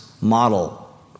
model